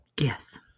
Yes